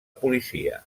policia